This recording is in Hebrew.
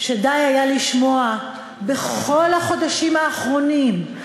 שדי היה לשמוע בכל החודשים האחרונים,